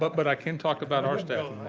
but but i can talk about our staffing.